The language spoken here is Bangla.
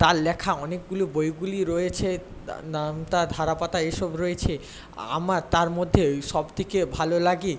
তার লেখা অনেকগুলো বইগুলি রয়েছে তার নামতা ধারাপাত এইসব রয়েছে আমার তার মধ্যে ওই সবথেকে ভালো লাগে